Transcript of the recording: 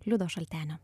liudo šaltenio